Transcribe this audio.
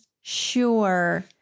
sure